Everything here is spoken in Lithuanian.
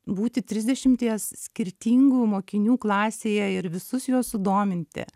būti trisdešimties skirtingų mokinių klasėje ir visus juos sudominti